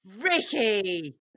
Ricky